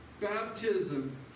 baptism